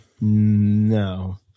No